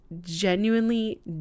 genuinely